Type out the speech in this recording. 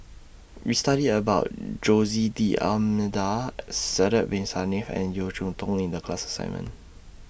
We studied about Jose D'almeida Sidek Bin Saniff and Yeo Cheow Tong in The class assignment